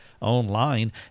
online